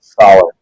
Solid